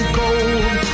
gold